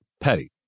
Petty